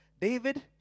David